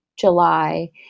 July